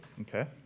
Okay